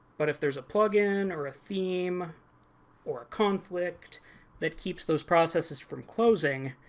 but if there's a plugin or a theme or a conflict that keeps those processes from closing,